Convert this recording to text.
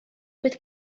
dweud